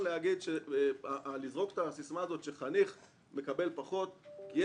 לזרוק את הסיסמא הזו שחניך בארגוני נוער מקבל פחות כי